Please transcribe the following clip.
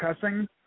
cussing